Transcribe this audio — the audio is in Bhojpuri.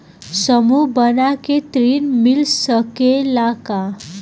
समूह बना के ऋण मिल सकेला का?